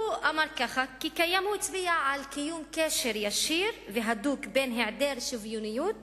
הוא הצביע על קיום קשר ישיר והדוק בין העדר שוויוניות